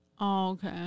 okay